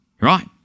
Right